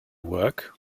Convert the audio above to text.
work